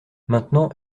maintenant